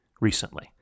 recently